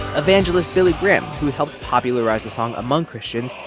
evangelist billy graham, who helped popularize the song among christians,